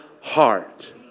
heart